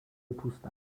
پوستمه